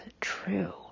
true